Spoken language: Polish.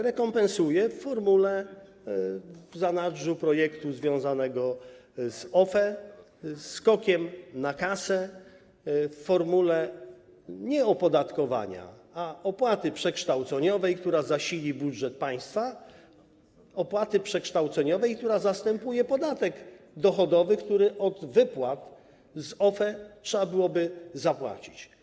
Rekompensuje - w zanadrzu projektu związanego z OFE - skokiem na kasę w formule nie opodatkowania, ale opłaty przekształceniowej, która zasili budżet państwa, opłaty przekształceniowej, która zastępuje podatek dochodowy, który od wypłat z OFE trzeba byłoby zapłacić.